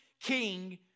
king